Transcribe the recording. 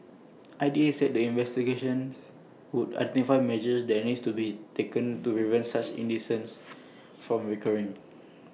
I D A said the investigations would identify measures that needs to be taken to prevent such incidents from recurring